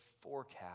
forecast